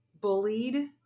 bullied